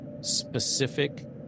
specific